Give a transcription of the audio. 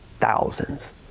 thousands